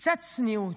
קצת צניעות,